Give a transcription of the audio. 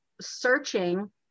searching